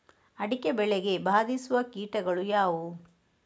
ಅಡಿಕೆ ಬೆಳೆಗೆ ಬಾಧಿಸುವ ಕೀಟಗಳು ಯಾವುವು?